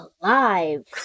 alive